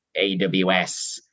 aws